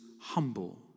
humble